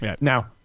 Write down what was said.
Now